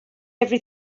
every